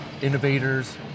innovators